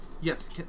Yes